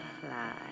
fly